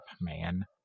man